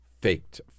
faked